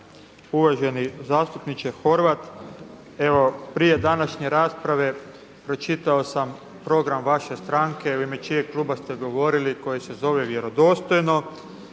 Uvaženi zastupniče Horvat, evo prije današnje rasprave pročitao sam program vaše stranke u ime čijeg kluba ste govorili koji se zove vjerodostojno.